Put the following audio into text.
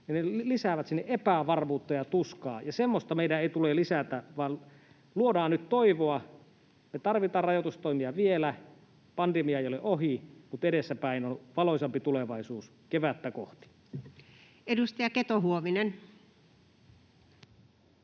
lisää epävarmuutta ja tuskaa, ja semmoista meidän ei tule lisätä, vaan luodaan nyt toivoa. Me tarvitaan rajoitustoimia vielä, pandemia ei ole ohi, mutta edessä päin on valoisampi tulevaisuus — kevättä kohti. [Speech 261] Speaker: